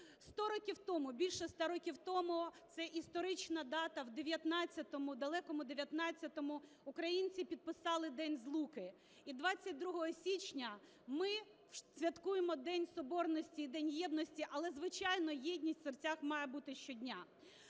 100 років тому, більше 100 років тому - це історична дата, в 1919-му, далекому 1919-му українці підписали День Злуки, і 22 січня ми святкуємо День Соборності, і День єдності, але, звичайно, єдність в серцях має бути щодня.